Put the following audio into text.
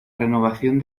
renovación